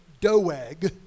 Doeg